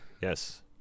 yes